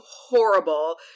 horrible